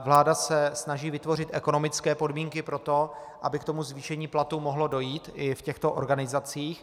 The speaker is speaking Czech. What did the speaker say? Vláda se snaží vytvořit ekonomické podmínky pro to, aby ke zvýšení platů dojít i v těchto organizacích.